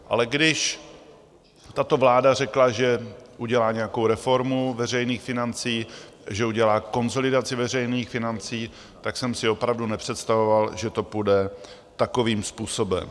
Ale když tato vláda řekla, že udělá nějakou reformu veřejných financí, že udělá konsolidaci veřejných financí, tak jsem si opravdu nepředstavoval, že to půjde takovým způsobem.